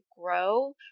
grow